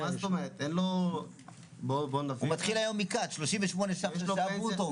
הוא מתחיל היום מקט 38 ₪ ברוטו.